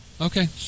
Okay